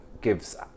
gives